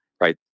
right